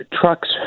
trucks